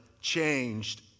changed